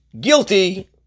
guilty